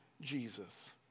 Jesus